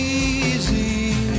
easy